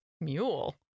Mule